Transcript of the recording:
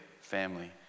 family